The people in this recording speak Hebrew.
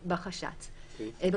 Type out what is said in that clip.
לשם הקטנת הסיכון להתפשטות הנגיף,